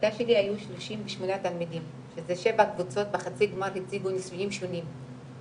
בכיתה שלי היו 38 תלמידים שזה 7 קבוצות שביצעו ניסויים שונים.